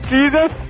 Jesus